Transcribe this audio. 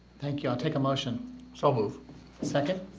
thank you i'll take a motion so moved second